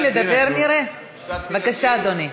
בבקשה, אדוני.